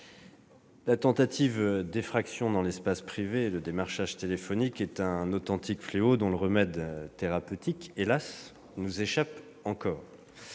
la tentative d'effraction dans l'espace privé au moyen du démarchage téléphonique est un authentique fléau, dont, hélas, le remède thérapeutique nous échappe encore.